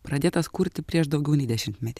pradėtas kurti prieš daugiau nei dešimtmetį